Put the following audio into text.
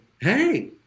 hey